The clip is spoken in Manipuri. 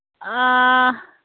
ꯑꯥ